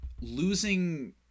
losing